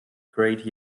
great